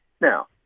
Now